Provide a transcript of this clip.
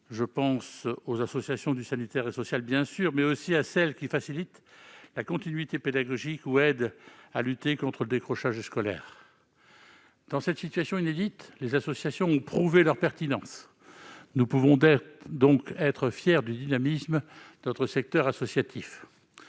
bien sûr, aux associations du secteur sanitaire et social, mais également à celles qui facilitent la continuité pédagogique ou qui aident à lutter contre le décrochage scolaire. Dans cette situation inédite, les associations ont prouvé leur pertinence. Nous pouvons donc être fiers du dynamisme de notre secteur associatif.